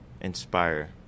inspire